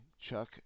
chuck